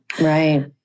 Right